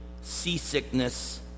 seasickness